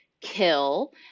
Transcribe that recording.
kill